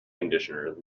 conditioner